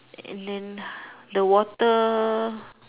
and then the water